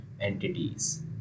entities